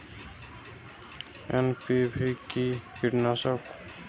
NPV কি কীটনাশক?